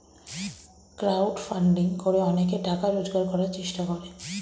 crowd funding করে অনেকে টাকা রোজগার করার চেষ্টা করে